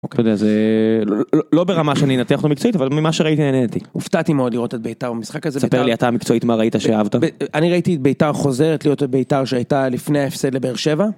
זה לא ברמה שאני אנתח אותו מקצועית אבל ממה שראיתי נהניתי. הופתעתי מאוד לראות את ביתר במשחק הזה. ספר לי אתה מקצועית מה ראית שאהבת. אני ראיתי את ביתר חוזרת להיות ביתר שהייתה לפני ההפסד לבאר שבע